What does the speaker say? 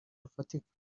rufatika